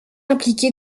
impliqué